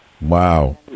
Wow